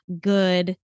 good